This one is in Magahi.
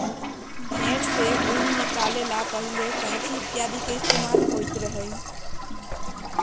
भेंड़ से ऊन निकाले ला पहले कैंची इत्यादि के इस्तेमाल होबा हलय